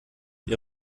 ihr